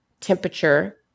temperature